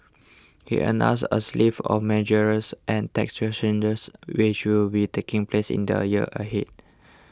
he announced a of measures and tax changes which will be taking place in the year ahead